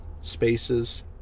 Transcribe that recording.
spaces